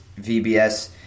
VBS